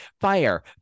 fire